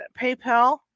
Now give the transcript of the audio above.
PayPal